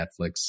Netflix